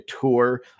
tour